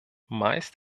meist